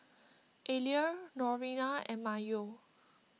Ariel Lorena and Mayo